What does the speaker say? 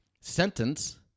sentence